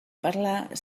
parlar